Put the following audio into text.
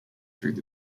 through